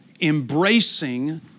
embracing